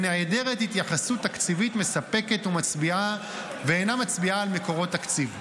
נעדרת התייחסות תקציבית מספקת ואינה מצביעה על מקורות תקציב.